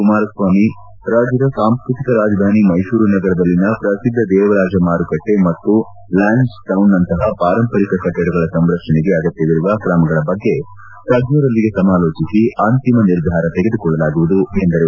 ಕುಮಾರಸ್ವಾಮಿ ರಾಜ್ಯದ ಸಾಂಸ್ಕೃತಿಕ ರಾಜಧಾನಿ ಮೈಸೂರು ನಗರದಲ್ಲಿನ ಪ್ರಸಿದ್ದ ದೇವರಾಜ ಮಾರುಕಟ್ಟೆ ಮತ್ತು ಲ್ಲಾನ್ಸ್ಡೌನ್ನಂತಹ ಪಾರಂಪರಿಕ ಕಟ್ಟಡಗಳ ಸಂರಕ್ಷಣೆಗೆ ಅಗತ್ಯವಿರುವ ಕ್ರಮಗಳ ಬಗ್ಗೆ ತಜ್ಞರೊಂದಿಗೆ ಸಮಾಲೋಚಿಸಿ ಅಂತಿಮ ನಿರ್ಧಾರ ತೆಗೆದುಕೊಳ್ಳಲಾಗುವುದು ಎಂದರು